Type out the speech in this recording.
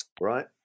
right